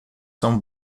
são